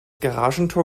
garagentor